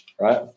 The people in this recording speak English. right